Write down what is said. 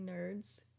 nerds